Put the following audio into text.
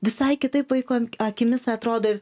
visai kitaip vaiko akimis atrodo ir